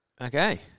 Okay